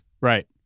Right